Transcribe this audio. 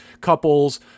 couples